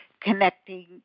connecting